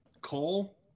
Cole